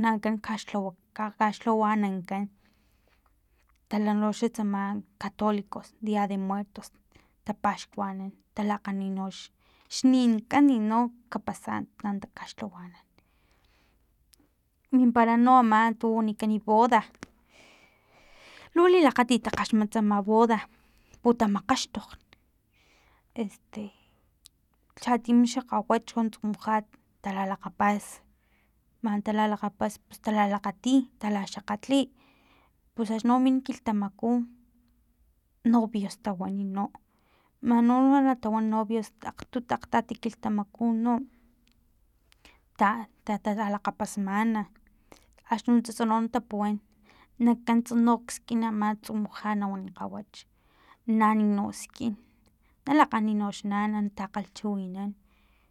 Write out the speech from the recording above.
na ankan kaxlhawa kaxlhawanankan tala noxa tsama catolicos dia de muertos tapaxkuanan talakgani nox xninkan no kapasanto ta an kaxlhawanan mimpara no ama tu wanikan boda lu lilakgatit takgaxmat tsama boda putamakgaxtokgt este chatimi xa kgawach chon tsumujat talalakgapas man talalakgapas pus talalakgati i tala xakgatli pus axni no min kilhtamaku novios tawani noman no natawan novios akgtut akgtat kilhtamaku no ta talakgapasmana axni nuntsas no tapuwan na kantsa nok skin ama tsumujat nawan kgawach naani no skin na lakgani noxnana takgalhchiwinan